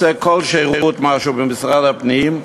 רוצה שירות כלשהו במשרד הפנים,